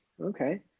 Okay